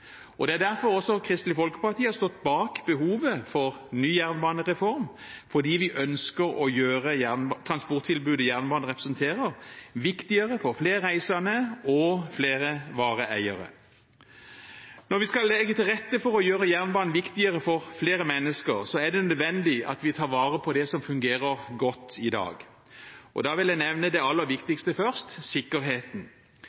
Det er derfor Kristelig Folkeparti har stått bak behovet for ny jernbanereform. Vi ønsker å gjøre transporttilbudet jernbanen representerer, viktigere for flere reisende og flere vareeiere. Når vi skal legge til rette for å gjøre jernbanen viktigere for flere mennesker, er det nødvendig at vi tar vare på det som fungerer godt i dag. Da vil jeg nevne det aller